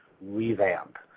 revamp